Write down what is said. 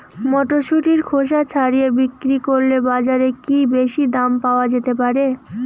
মটরশুটির খোসা ছাড়িয়ে বিক্রি করলে বাজারে কী বেশী দাম পাওয়া যেতে পারে?